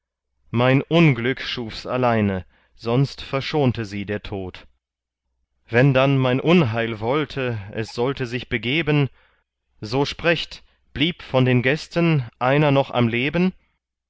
mein unglück schufs alleine sonst verschonte sie der tod wenn dann mein unheil wollte es sollte sich begeben so sprecht blieb von den gästen einer noch am leben